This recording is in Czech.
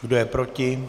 Kdo je proti?